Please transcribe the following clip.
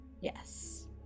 yes